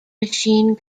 machine